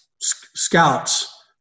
scouts